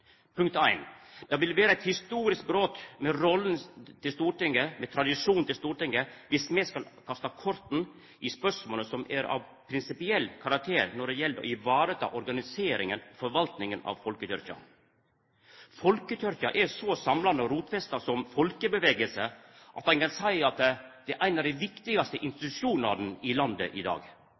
Punkt 1: Det vil vera eit historisk brot med rolla til Stortinget, med tradisjonen til Stortinget, dersom vi skal kasta korta i spørsmåla som er av prinsipiell karakter når det gjeld å vareta organiseringa og forvaltninga av folkekyrkja. Folkekyrkja er så samlande og så rotfesta som folkebevegelse at ein kan seia at ho er ein av dei viktigaste institusjonane i landet i dag.